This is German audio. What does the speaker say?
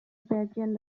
reagieren